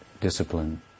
discipline